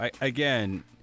Again